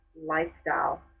lifestyle